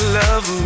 love